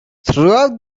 throughout